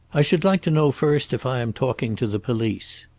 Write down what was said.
i should like to know, first, if i am talking to the police.